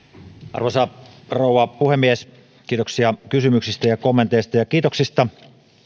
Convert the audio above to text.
arvoisa rouva puhemies kiitoksia kysymyksistä ja kommenteista ja kiitoksista